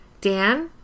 Dan